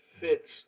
fits